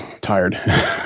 tired